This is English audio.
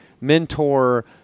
mentor